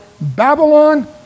Babylon